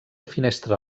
finestra